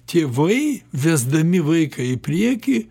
tėvai vesdami vaiką į priekį